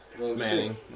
Manning